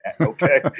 Okay